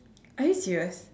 are you serious